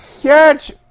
Catch